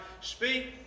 speak